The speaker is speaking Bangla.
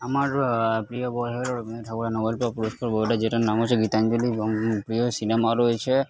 আমার প্রিয় বই হলো রবীন্দ্রনাথ ঠাকুরের নোবেল পুরষ্কার বইটা যেটার নাম হচ্ছে গীতাঞ্জলি এবং নিউ প্রিয় সিনেমা রয়েছে